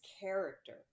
character